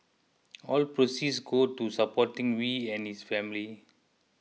all proceeds go to supporting Wee and his family